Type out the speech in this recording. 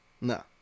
No